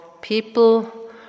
people